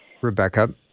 Rebecca